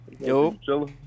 yo